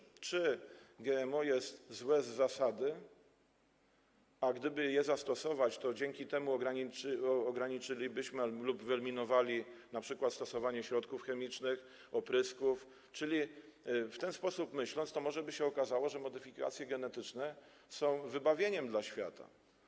Chodzi o to, czy GMO jest złe z zasady, czy gdyby je zastosować, to dzięki temu ograniczylibyśmy lub wyeliminowalibyśmy np. stosowanie środków chemicznych, oprysków, czyli, w ten sposób myśląc, może by się okazało, że modyfikacje genetyczne są wybawieniem dla świata.